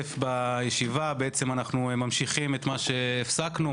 אנחנו ממשיכים איפה שהפסקנו,